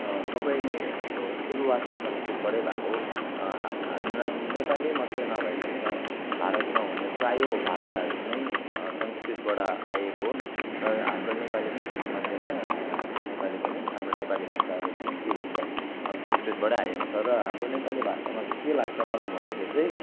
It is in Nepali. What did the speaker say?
सबै नै अब सुरुआत ने संस्कृतबाटै भएको हो नेपाली मात्रै नभए पनि है भारतमा हुने प्रायः भाषाहरू नै संस्कृतबाट आएको हुन् र हाम्रो नेपाली पनि त्यसमध्येमा हाम्रो नेपाली पनि हाम्रो नेपाली पनि हाम्रो नेपाली भाषाहरू पनि के भन्छ संस्कृत आएको छ र हाम्रो नेपाली भाषामा चाहिँ के लाग्छ मलाई भन्दाखेरि चाहिँ